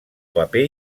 paper